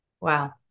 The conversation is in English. Wow